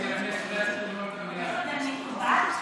אני לא אומר שראש הממשלה ישן, אבל תנומה קלה.